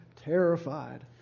terrified